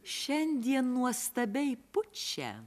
šiandien nuostabiai pučia